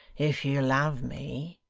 if you love me